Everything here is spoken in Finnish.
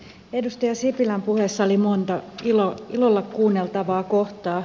edustaja sipilän puheessa oli monta ilolla kuunneltavaa kohtaa